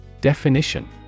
Definition